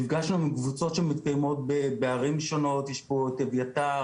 נפגשנו עם קבוצות שנפגשות בערים שונות יש פה את אביתר,